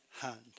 hand